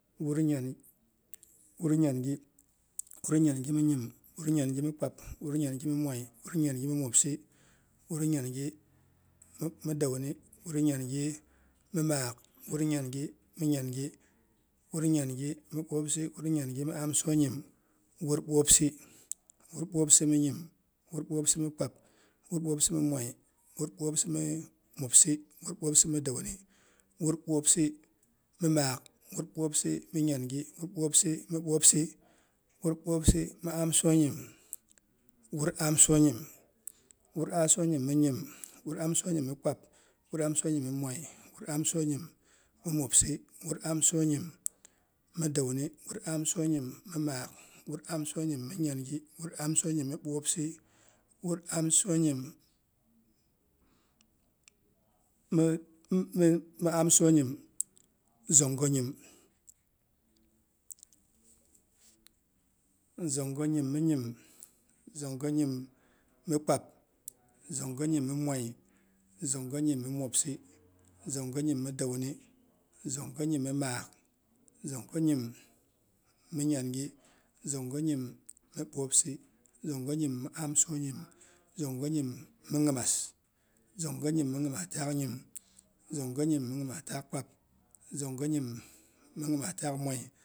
Wur nyangi mi nyim, wur nyangi mi kpap, wur nyangi mi mwoi, wur nyangi mi mwopsi, wur nyangi mi dauni wur nyangi mi maak wur nyangi mi nyangi wur nyangi mi bwopsi, wur nyangi mi amsonyim, wur bwopsi, wur bwopsi mi nyim, wur bwopsi mi kpab, wur bwopsi mi mwoi, wur bwopsi mi mwobsi, wur bwopsi mi dauni, wur bwopsi mi maak, wur bwopsi mi nyangi, wur bwopsi mi bwopsi, wur bwopsi mi amsonyim, wur amsonyim, wur amsonyim mi nyim, wur amsonyim mi kpap, wur amsonyim mi mwoi, wur amsonyim mi mwobsi, wur amsonyim mi dauni, wur amsonyim mi maak, wur amsonyim mi nyangi, wur amsonyim mi bwoopsi, wur amsonyim mi amsonyim zongo nyim. Zongo nyim mi nyim, zongo nyim mi kpap, zongo nyim mi mwoi, zongo nyim mi mwopsi, zongo nyim mi dauni, zongo nyim mi maak, zongo nyim mi nyangi, zongo nyim bwoopsi, zongo nyim mi amsonyim, zongo nyim mi nyimas, zongo nyim mi nyimas taak nyim, zongo nyim mi nyimas taak kpap, zongo nyim mi nyimas taak mwoi